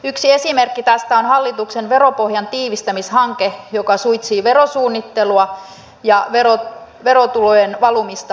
yksi esimerkki tästä on hallituksen veropohjantiivistämishanke joka suitsii verosuunnittelua ja verotulojen valumista ulkomaille